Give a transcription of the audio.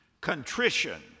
Contrition